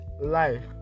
life